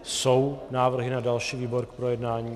Jsou návrhy na další výbor k projednání?